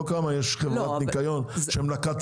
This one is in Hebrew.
לא כמה חברות ניקיון יש; כמה חברות גדולות?